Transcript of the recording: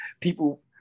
people